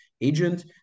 agent